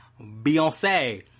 Beyonce